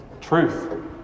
truth